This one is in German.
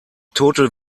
tote